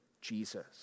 Jesus